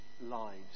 lives